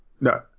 No